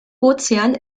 ozean